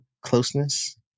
closeness